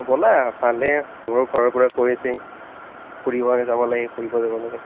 ব'লা ভালহে মোৰো ঘৰৰ পৰা কৈ আছে ফুৰিবহে যাব লাগে ফুৰিব যাব লাগে